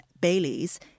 Bailey's